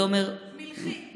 מלכי עלינו.